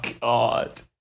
god